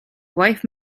wife